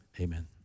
Amen